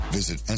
visit